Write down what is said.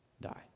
die